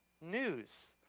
news